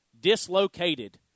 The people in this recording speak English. dislocated